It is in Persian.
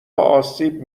آسیب